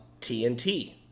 TNT